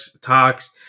talks